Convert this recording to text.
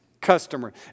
customer